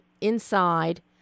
inside